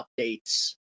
updates